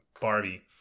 Barbie